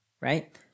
right